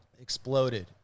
exploded